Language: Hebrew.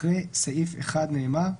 אחרי סעיף 1 נאמר: